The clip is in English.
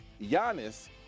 Giannis